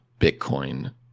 Bitcoin